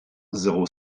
zéro